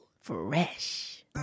Fresh